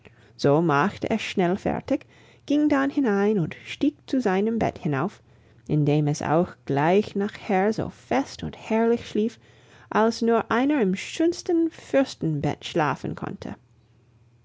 so machte es schnell fertig ging dann hinein und stieg zu seinem bett hinauf in dem es auch gleich nachher so fest und herrlich schlief als nur einer im schönsten fürstenbett schlafen konnte